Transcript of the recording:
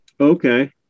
Okay